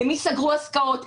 למי סגרו עסקאות,